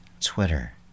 Twitter